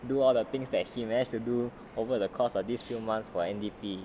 do all the things that he managed to do over the course of these few months for N_D_P